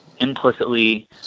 implicitly